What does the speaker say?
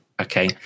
Okay